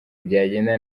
byagenda